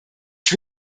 ich